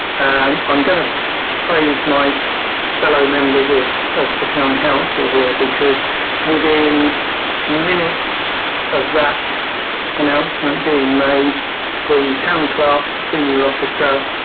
i'm going to praise my fellow members of of the town council here because within minutes of that announcement being made the town clerk, the senior officer,